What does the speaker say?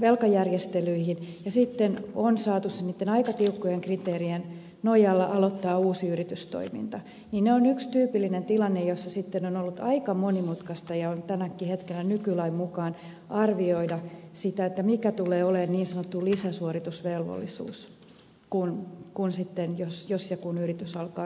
velkajärjestelyihin ja sitten on saatu niitten aika tiukkojen kriteerien nojalla aloittaa uusi yritystoiminta mikä on erittäin suositeltavaa ja toivottavaa niin se on yksi tyypillinen tilanne jossa sitten on ollut aika monimutkaista ja on tälläkin hetkellä nykylain mukaan arvioida sitä mikä tulee olemaan niin sanottu lisäsuoritusvelvollisuus kun sitten jos ja kun yritys alkaa tuottaa